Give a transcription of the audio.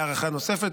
להארכה נוספת,